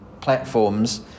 platforms